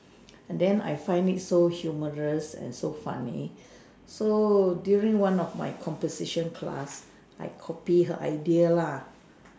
and then I find it so humorous and so funny so during one of my composition class I copy her idea lah